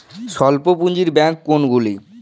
স্বল্প পুজিঁর ব্যাঙ্ক কোনগুলি?